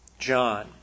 John